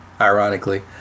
ironically